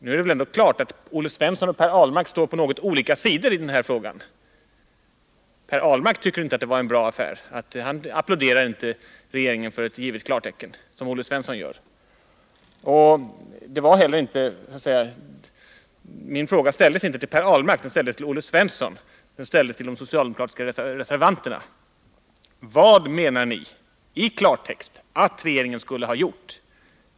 Det är väl ändå klart att Olle Svensson och Per Ahlmark står på olika sidor i den här frågan? Per Ahlmark tycker inte att det här var en bra affär — han applåderar inte regeringen för ett givet klartecken, som Olle Svensson gör. Min fråga ställdes inte heller till Per Ahlmark utan till Olle Svensson och de socialdemokratiska reservanterna: Vad menar ni i klartext att regeringen skulle ha gjort?